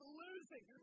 losing